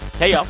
hey, y'all.